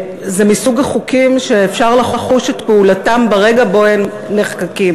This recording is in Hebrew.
זה מסוג החוקים שאפשר לחוש את פעולתם ברגע שבו הם נחקקים,